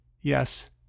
yes